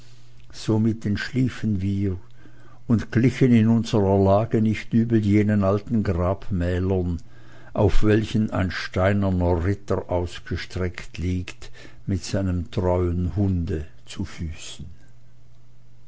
somit entschliefen wir und glichen in unserer lage nicht übel jenen alten grabmälern auf welchen ein steinerner ritter ausgestreckt liegt mit einem treuen hunde zu füßen